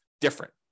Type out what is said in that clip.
different